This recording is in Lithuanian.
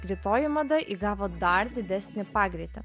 greitoji mada įgavo dar didesnį pagreitį